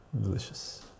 delicious